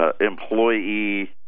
employee